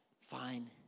fine